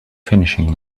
finishing